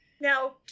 Now